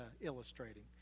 illustrating